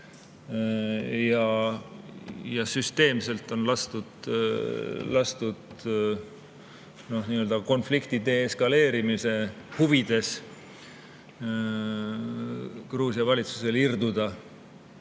Ja süsteemselt on lastud konflikti deeskaleerimise huvides Gruusia valitsusel